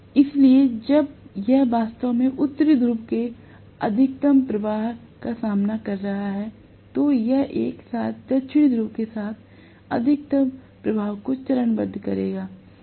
इसलिए जब यह वास्तव में उत्तरी ध्रुव के अधिकतम प्रवाह का सामना कर रहा है तो यह एक साथ दक्षिणी ध्रुव के अधिकतम प्रवाह को चरणबद्ध करेगा